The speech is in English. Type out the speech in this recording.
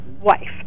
wife